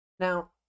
Now